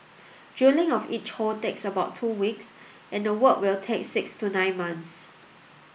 drilling of each hole takes about two weeks and the work will take six to nine months